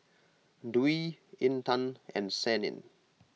Dwi Intan and Senin